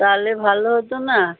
তাহলে ভালো হতো না